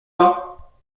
pas